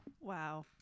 Wow